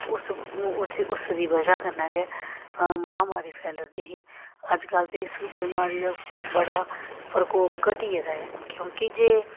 ते उस उसदी बजह कन्नै गै महामारी फैलड़दी ही अज्जकल ते इस बमारी दा बड़ा प्रकोप घटी गेदा ऐ क्योंकि जे